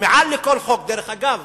ומעל לכל חוק, דרך אגב,